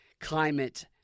climate